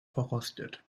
verrostet